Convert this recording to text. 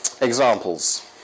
examples